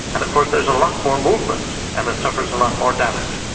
and of course there's a lot more movement and it suffers a lot more damage.